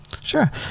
Sure